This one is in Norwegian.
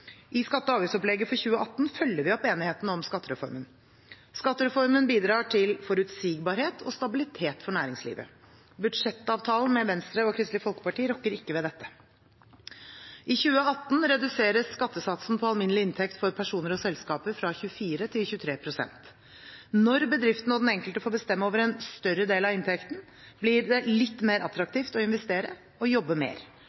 I skatte- og avgiftsopplegget for 2018 følger vi opp enigheten om skattereformen. Skattereformen bidrar til forutsigbarhet og stabilitet for næringslivet. Budsjettavtalen med Venstre og Kristelig Folkeparti rokker ikke ved dette. I 2018 reduseres skattesatsen på alminnelig inntekt for personer og selskaper fra 24 til 23 pst. Når bedriften og den enkelte får bestemme over en større del av inntekten, blir det litt mer attraktivt å investere og jobbe mer.